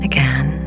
Again